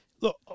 Look